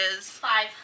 Five